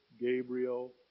Gabriel